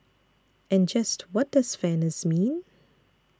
and just what does fairness mean